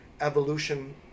evolution